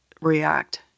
react